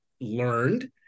learned